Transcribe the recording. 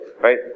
right